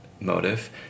Motive